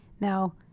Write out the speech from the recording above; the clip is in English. now